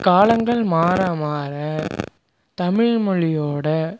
காலங்கள் மாற மாற தமிழ்மொழியோடய